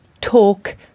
talk